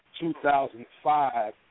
2005